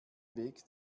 weg